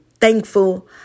thankful